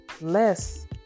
less